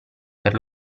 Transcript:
per